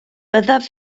byddaf